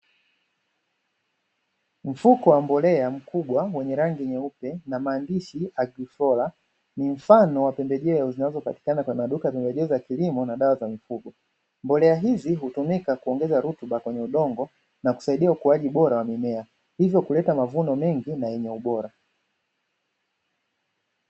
Mfuko wa mbolea mkubwa mwenye rangi nyeupe na maandishi "agifora".ni mfano wa pembejeo zinazopatikana tanaduka vimejaza kilimo na dawa za mifugo, mbolea hizi hutumika kuongeza rutuba kwenye udongo na kusaidia ukuaji bora wa mimea hivyo kuleta mavuno mengi na yenye ubora.